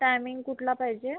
timing कुठला पाहिजे